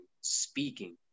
speaking